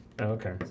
Okay